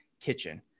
kitchen